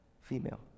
female